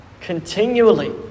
continually